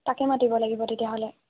তাকে মাতিব লাগিব তেতিয়াহ'লে